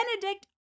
Benedict